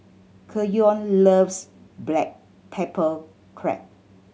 Keyon loves black pepper crab